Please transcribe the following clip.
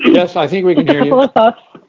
yes, i think we can but